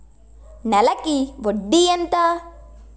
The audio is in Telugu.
నెలకి వడ్డీ ఎంత?